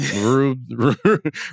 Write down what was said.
Rude